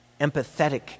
empathetic